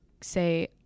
say